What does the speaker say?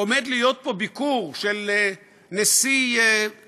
עומד להיות פה ביקור של נשיא איראן.